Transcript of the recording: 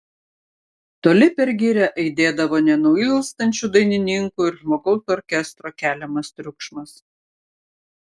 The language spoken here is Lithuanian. toli per girią aidėdavo nenuilstančių dainininkų ir žmogaus orkestro keliamas triukšmas